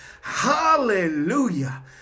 Hallelujah